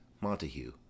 Montague